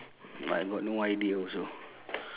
I got no idea also